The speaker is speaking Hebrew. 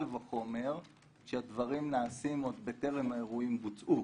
וחומר כשהדברים נעשים עוד בטרם האירועים בוצעו.